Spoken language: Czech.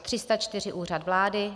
304 Úřad vlády